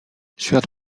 świat